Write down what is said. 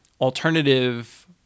alternative